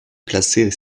classées